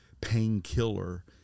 painkiller